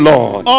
Lord